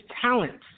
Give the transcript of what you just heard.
talent